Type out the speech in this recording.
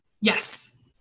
Yes